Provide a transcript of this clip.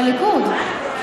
בליכוד.